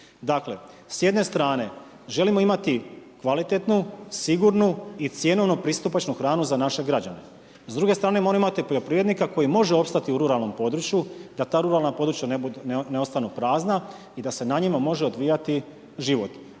Dakle s jedne strane želimo imati kvalitetnu, sigurnu i cjenovno pristupačnu hranu za naše građane. S druge strane moramo imati poljoprivrednika koji može opstati u ruralnom području da ta ruralna područja ne ostanu prazna i da se na njima može odvijati život.